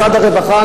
משרד הרווחה,